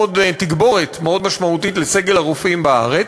תגבורת מאוד משמעותית לסגל הרופאים בארץ.